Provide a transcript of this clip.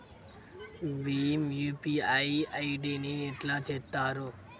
Bhim UPI ID ని ఎట్లా చేత్తరు?